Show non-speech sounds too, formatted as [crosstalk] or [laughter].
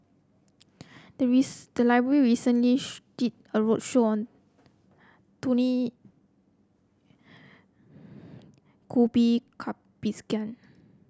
the [unintelligible] the library recently [hesitation] did a roadshow on Tony [noise] Khoo [unintelligible] Cai Bixia